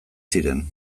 ziren